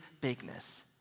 bigness